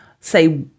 say